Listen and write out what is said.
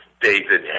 David